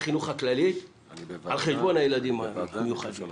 החינוך הכללית על חשבון הילדים המיוחדים.